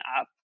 up